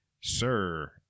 Sir